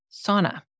sauna